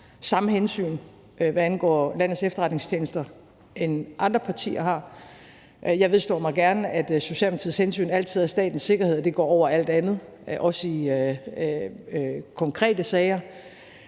samme hensyn, hvad angår landes efterretningstjenester, som andre partier har. Jeg vedstår mig gerne, at Socialdemokratiets hensyn altid er statens sikkerhed, og at det går over alt andet, også i konkrete sager;